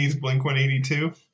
Blink-182